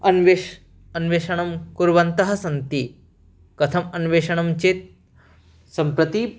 अन्वेषणम् अन्वेषणं कुर्वन्तः सन्ति कथम् अन्वेषणं चेत् सम्प्रति